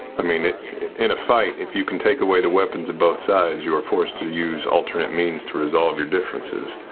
i mean it in a fight, if you can take away the weapons of both sides, you are forced to use alternate means to resolve your differences.